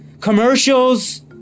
commercials